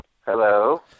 Hello